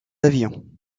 avions